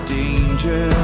danger